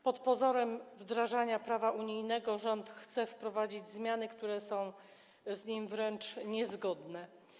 Pod pozorem wdrażania prawa unijnego rząd chce wprowadzić zmiany, które są z nim wręcz niezgodne.